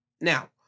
Now